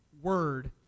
word